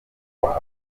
wawe